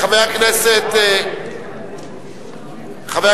המסחר והתעסוקה (אגף להכשרה מקצועית),